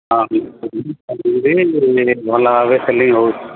ହଁ ଭଲ ଭାବେ ଖାଲି ନେଉ